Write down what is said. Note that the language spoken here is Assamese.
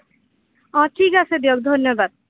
অঁ ঠিক আছে দিয়ক ধন্যবাদ